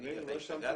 תגיד לי, אתה השתגעת?